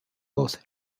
both